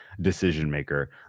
decision-maker